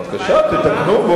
בבקשה, תתקנו.